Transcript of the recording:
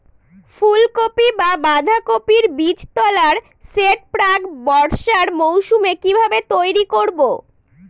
ফুলকপি বা বাঁধাকপির বীজতলার সেট প্রাক বর্ষার মৌসুমে কিভাবে তৈরি করব?